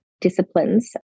disciplines